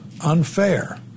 unfair